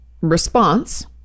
Response